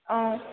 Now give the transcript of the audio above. অঁ